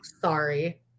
Sorry